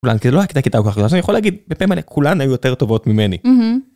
כולן כאילו הקטע כדאי יכול להגיד בפעם האלה כולן היו יותר טובות ממני.